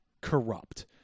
corrupt